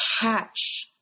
catch